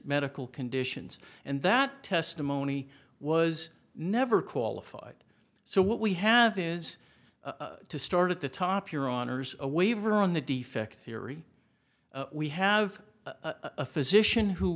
medical conditions and that testimony was never qualified so what we have is to start at the top your honour's a waiver on the defect theory we have a physician who